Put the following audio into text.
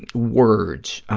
words,